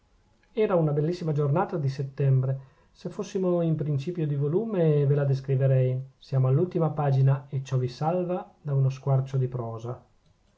era una bellissima giornata di settembre se fossimo in principio di volume ve la descriverei siamo all'ultima pagina e ciò vi salva da uno squarcio di prosa